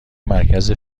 مرکز